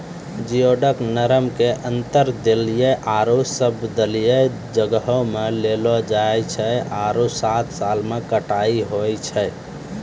geoduck के नरम intertidal आरो सब्तिदल जग्हो में लगैलो जाय छै आरो सात साल में कटाई होय छै